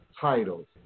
titles